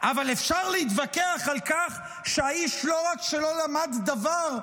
אבל אפשר להתווכח על כך שהאיש לא רק שלא למד דבר,